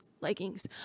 leggings